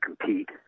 compete